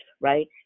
right